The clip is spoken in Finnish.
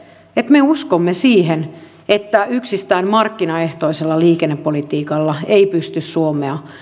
että me uskomme siihen että yksistään markkinaehtoisella liikennepolitiikalla ei pysty suomea